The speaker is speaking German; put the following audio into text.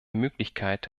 möglichkeit